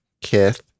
Kith